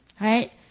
right